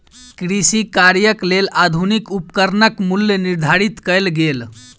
कृषि कार्यक लेल आधुनिक उपकरणक मूल्य निर्धारित कयल गेल